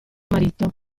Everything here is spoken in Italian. marito